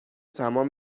تمام